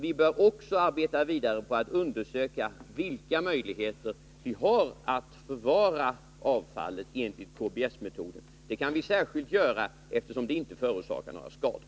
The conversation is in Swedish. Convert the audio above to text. Vi bör också arbeta vidare på att undersöka vilka möjligheter vi har att förvara avfallet enligt KBS-metoden, och det kan vi göra, speciellt eftersom den inte förorsakar några skador.